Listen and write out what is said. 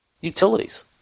Utilities